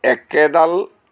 একেডাল